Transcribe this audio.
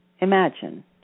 imagine